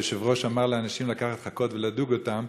שהיושב-ראש אמר לאנשים לקחת ולדוג אותם,